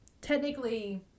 technically